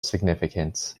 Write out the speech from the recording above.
significance